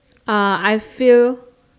uh I feel